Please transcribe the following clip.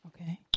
Okay